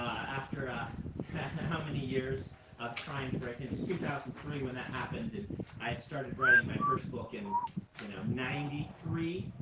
after ah how many years of trying to break in? it was two thousand and three when that happened, and i had started writing my first book in you know ninety three.